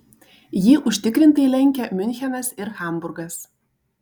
jį užtikrintai lenkia miunchenas ir hamburgas